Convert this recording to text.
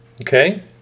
Okay